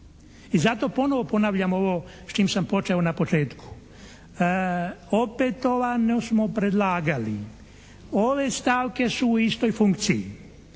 I zato ponovo ponavljam ovo s čim sam počeo na početku. Opetovano smo predlagali. Ove stavke su u istoj funkciji.